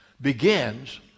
begins